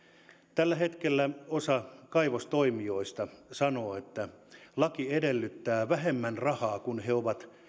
tällä hetkellä osa kaivostoimijoista sanoo että laki edellyttää jälkihoitoon vähemmän rahaa kuin he ovat